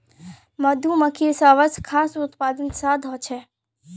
मधुमक्खिर सबस खास उत्पाद शहद ह छेक